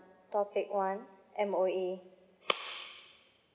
topic one M_O_E